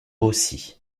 aussi